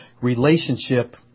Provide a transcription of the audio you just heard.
relationship